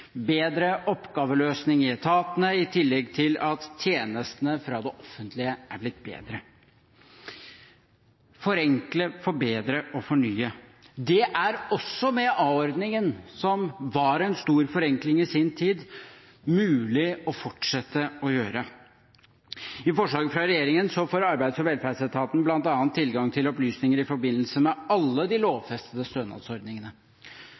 bedre oppgaveløsning i etatene i tillegg til at tjenestene fra det offentlige er blitt bedre. Forenkle, forbedre og fornye – det er det også med a-ordningen, som var en stor forenkling i sin tid, mulig å fortsette å gjøre. I forslaget fra regjeringen får Arbeids- og velferdsetaten bl.a. tilgang til opplysninger i forbindelse med alle de lovfestede stønadsordningene.